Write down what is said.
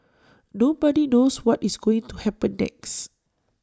nobody knows what is going to happen next